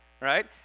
right